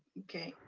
okay.